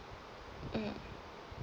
mm